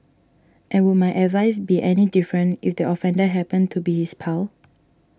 and would my advice be any different if the offender happened to be his pal